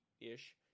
ish